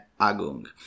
Agung